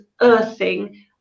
earthing